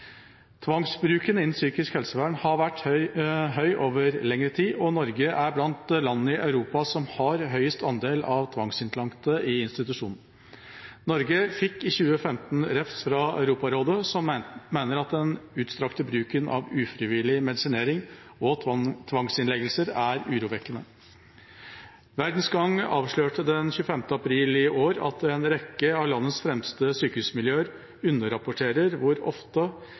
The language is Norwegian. Tvangsbruken innen psykisk helsevern har vært høy over lengre tid, og Norge er blant de landene i Europa som har høyest andel tvangsinnlagte i institusjon. Norge fikk i 2015 refs fra Europarådet som mener at den utstrakte bruken av ufrivillig medisinering og tvangsinnleggelser er urovekkende. Verdens Gang avslørte den 25. april 2016 at en rekke av landets fremste sykehusmiljøer underrapporterer hvor ofte